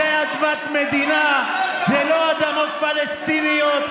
זו אדמת מדינה, זה לא אדמות פלסטיניות.